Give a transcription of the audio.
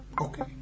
Okay